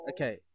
Okay